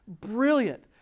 Brilliant